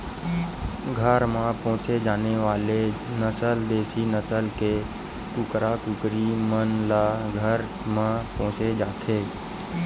घर म पोसे जाने वाले नसल देसी नसल के कुकरा कुकरी मन ल घर म पोसे जाथे